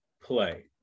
play